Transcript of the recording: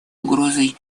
угрозой